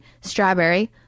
strawberry